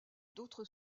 d’autres